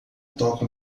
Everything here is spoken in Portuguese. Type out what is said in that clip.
toca